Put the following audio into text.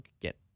get